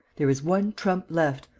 there is one trump left,